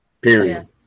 Period